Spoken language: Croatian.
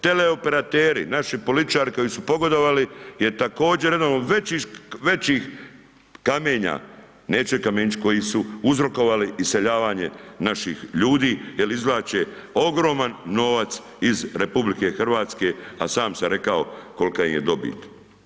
Teleoperateri, naši političari koji su pogodovali jer također jedan od većih kamenja, neće kamenčić, koji su uzrokovali iseljavanje naših ljudi, jer izvlače ogroman novac iz RH, a sam sam rekao kolika im je dobit.